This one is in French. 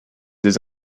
des